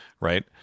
right